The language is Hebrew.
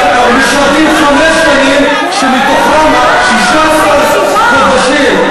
משרתים חמש שנים, שמתוכן 16 חודשים,